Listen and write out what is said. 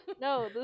No